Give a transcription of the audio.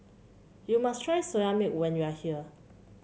you must try Soya Milk when you are here